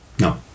No